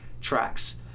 tracks